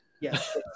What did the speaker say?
yes